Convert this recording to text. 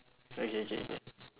okay okay okay